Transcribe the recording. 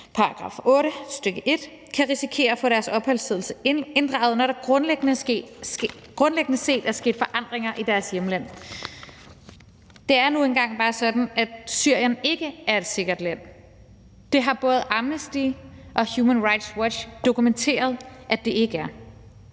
eller § 8, stk. 1 – kan risikere at få deres opholdstilladelse inddraget, når der grundlæggende set er sket forandringer i deres hjemland. Det er nu engang bare sådan, at Syrien ikke er et sikkert land. Det har både Amnesty og Human Rights Watch dokumenteret at det ikke er.